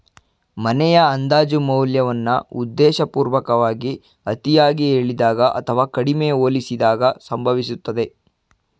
ಮನೆಯ ಅಂದಾಜು ಮೌಲ್ಯವನ್ನ ಉದ್ದೇಶಪೂರ್ವಕವಾಗಿ ಅತಿಯಾಗಿ ಹೇಳಿದಾಗ ಅಥವಾ ಕಡಿಮೆ ಹೋಲಿಸಿದಾಗ ಸಂಭವಿಸುತ್ತದೆ